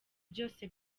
byose